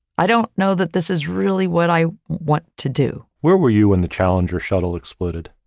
i don't know that this is really what i want to do. where were you when the challenger shuttle exploded?